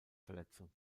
verletzung